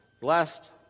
Blessed